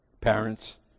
parents